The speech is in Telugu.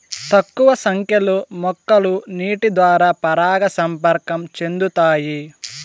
తక్కువ సంఖ్య లో మొక్కలు నీటి ద్వారా పరాగ సంపర్కం చెందుతాయి